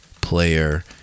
player